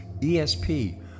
ESP